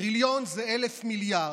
טריליון זה 1,000 מיליארד.